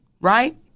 right